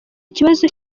kibazo